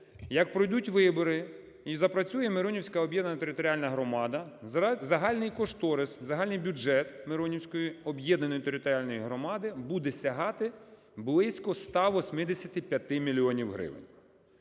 як пройдуть вибори і запрацює Миронівська об'єднана територіальна громада, загальний кошторис, загальний бюджет Миронівської об'єднаної територіальної громади буде сягати близько 185 мільйонів гривень.